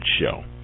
show